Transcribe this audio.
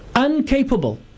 Uncapable